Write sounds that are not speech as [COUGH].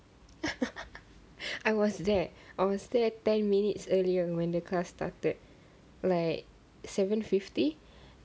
[LAUGHS] I was there I was there ten minutes earlier when the class started like seven fifty